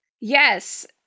Yes